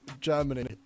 Germany